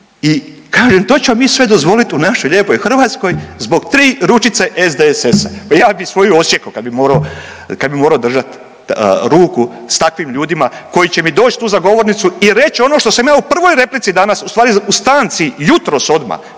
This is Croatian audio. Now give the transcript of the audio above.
i kažem, to ćemo mi sve dozvoliti u našoj lijepoj Hrvatskoj zbog 3 ručice SDSS-a. Pa ja bi svoju odsjek'o kad bi morao, kad bi morao držat ruku s takvim ljudima koji će mi doći tu za govornicu i reći ono što sam ja u prvoj replici danas, ustvari u stanci jutros odmah,